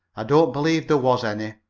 i don't believe there was any.